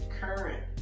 current